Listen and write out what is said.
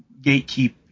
gatekeep